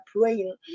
praying